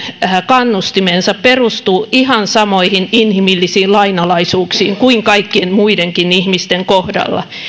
kannustamisensa perustuu ihan samoihin inhimillisiin lainalaisuuksiin kuin kaikkien muidenkin ihmisten kohdalla